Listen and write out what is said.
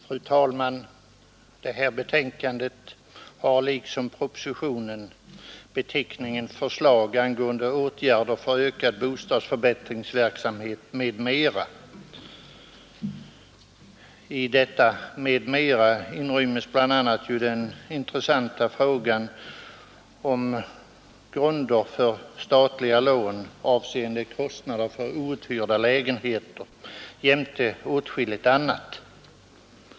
Fru talman! Det här betänkandet har liksom propositionen beteckningen Förslag angående åtgärder för ökad bostadsförbättringsverksamhet m.m. I detta ”m.m.” inrymmes den intressanta frågan om grunder för statliga lån avseende kostnader för outhyrda lägenheter jämte åtskilligt annat.